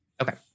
Okay